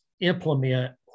implement